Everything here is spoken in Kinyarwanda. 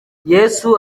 yesu